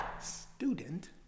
student